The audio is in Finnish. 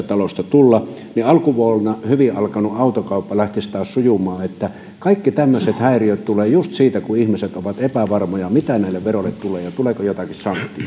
talosta tulla jolloin alkuvuonna hyvin alkanut autokauppa lähtisi taas sujumaan kaikki tämmöiset häiriöt tulevat just siitä kun ihmiset ovat epävarmoja mitä näille veroille tulee tapahtumaan ja tuleeko joitakin